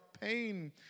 pain